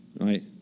right